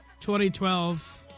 2012